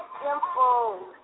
simple